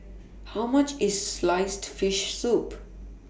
How much IS Sliced Fish Soup